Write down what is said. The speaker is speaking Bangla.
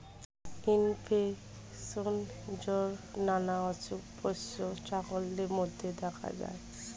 ইনফেকশন, জ্বর নানা অসুখ পোষ্য ছাগলদের মধ্যে দেখা যায়